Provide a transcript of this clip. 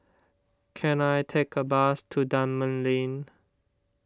can I take a bus to Dunman Lane